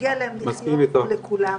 מגיע להם לחיות כמו לכולם.